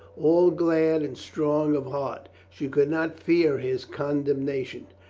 all glad and strong of heart, she could not fear his con demnation.